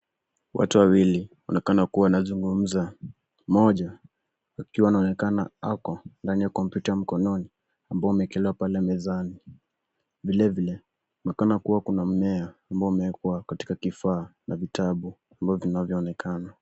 Watu wawili wanaonekana kuwa wanazungumza. Mmoja akiwa anaonekana ako ndani ya kompyuta ya mkononi ambayo umeekelewa pale mezani. Vilevile kunaonekana kuwa kuna mmea ambao umeekwa katika kifaa na vitabu ambavyo vinavyoonekana.